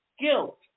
Guilt